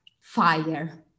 fire